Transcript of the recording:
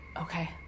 Okay